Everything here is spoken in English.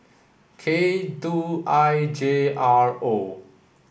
K two I J R O